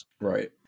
Right